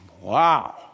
Wow